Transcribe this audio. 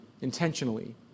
Intentionally